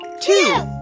two